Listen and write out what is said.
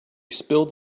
spilled